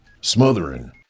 smothering